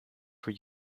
for